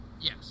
Yes